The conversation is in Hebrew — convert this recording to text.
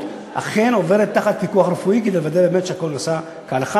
אכן עוברת תחת פיקוח רפואי כדי לוודא שהכול נעשה כהלכה